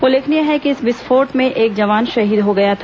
उल्लेखनीय है कि इस विस्फोट में एक जवान शहीद हो गया था